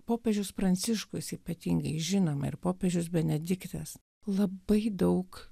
popiežius pranciškus ypatingai žinoma ir popiežius benediktas labai daug